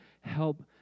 help